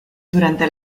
durante